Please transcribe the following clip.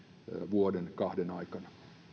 vuoden kahden aikana